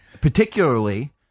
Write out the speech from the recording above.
particularly